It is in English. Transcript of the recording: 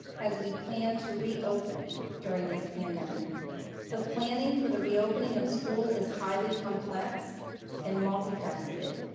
as we plan to reopen during this pandemic the planning for the reopening of school is highly complex and multifaceted.